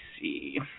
see